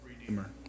Redeemer